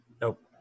Nope